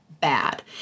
bad